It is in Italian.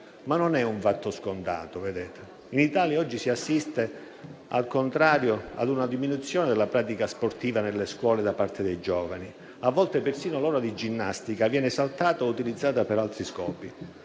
ma non è un fatto scontato. In Italia oggi si assiste, al contrario, a una diminuzione della pratica sportiva nelle scuole da parte dei giovani. A volte, persino l'ora di ginnastica viene saltata e utilizzata per altri scopi.